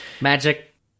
magic